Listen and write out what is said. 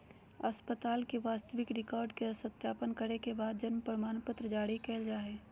अस्पताल के वास्तविक रिकार्ड के सत्यापन करे के बाद जन्म प्रमाणपत्र जारी कइल जा हइ